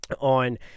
on